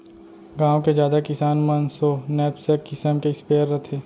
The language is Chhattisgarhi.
गॉँव के जादा किसान मन सो नैपसेक किसम के स्पेयर रथे